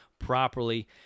properly